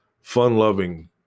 fun-loving